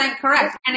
correct